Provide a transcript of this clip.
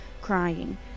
crying